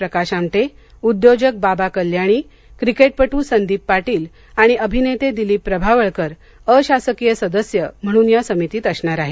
प्रकाश आमटे उद्योजक बाबा कल्याणी क्रिकेटपट् संदिप पाटील आणि अभिनेते दिलीप प्रभावळकर अशासकीय सदस्य म्हणून या समितीत असणार आहेत